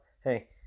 hey